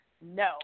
No